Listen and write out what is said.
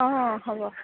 অঁ হব